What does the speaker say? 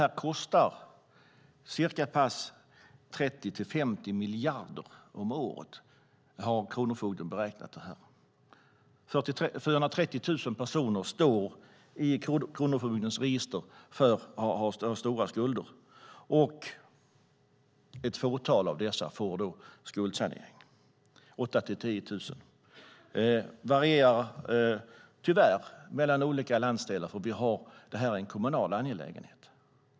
Dessa problem kostar 30-50 miljarder om året enligt Kronofogdemyndighetens beräkningar. 430 000 personer finns med i kronofogdens register för stora skulder. Ett fåtal av dessa beviljas skuldsanering - 8 000-10 000. Dessa siffror varierar, tyvärr, mellan olika landsdelar eftersom frågan är en kommunal angelägenhet.